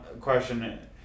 question